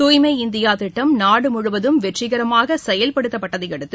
தூய்மை இந்தியா திட்டம் நாடு முழுவதும் வெற்றிகரமாக செயல்படுத்தப்பட்டதையடுத்து